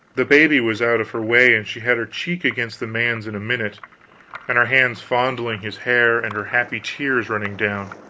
the baby was out of her way and she had her cheek against the man's in a minute and her hands fondling his hair, and her happy tears running down.